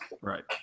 Right